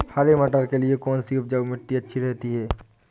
हरे मटर के लिए कौन सी उपजाऊ मिट्टी अच्छी रहती है?